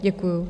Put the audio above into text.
Děkuju.